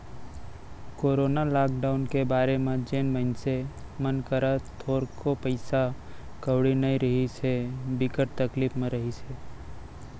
corona lockdown के बेरा म जेन मनसे मन करा थोरको पइसा कउड़ी नइ रिहिस हे, बिकट तकलीफ म रिहिस हे